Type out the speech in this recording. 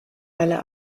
alle